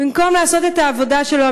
במקום לעשות את העבודה שלו,